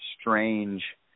strange